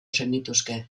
zenituzke